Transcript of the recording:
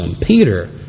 Peter